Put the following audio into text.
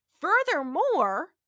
Furthermore